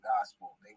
gospel